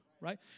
right